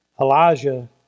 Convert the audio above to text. Elijah